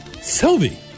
sylvie